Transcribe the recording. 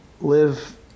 live